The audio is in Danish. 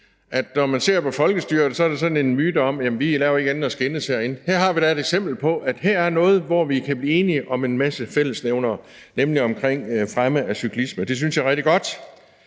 når man ser på folkestyret, er der sådan en myte om, at vi ikke laver andet end at skændes herinde. Her har vi da et eksempel på noget, hvor vi kan blive enige, og hvor der er en masse fællesnævnere, nemlig om fremme af cyklisme. Det synes jeg er rigtig godt.